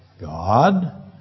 God